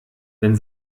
wenn